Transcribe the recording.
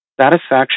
Satisfaction